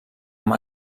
amb